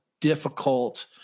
difficult